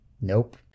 nope